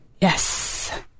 Yes